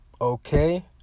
Okay